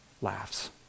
laughs